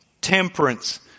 temperance